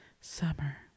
Summer